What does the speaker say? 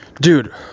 dude